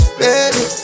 baby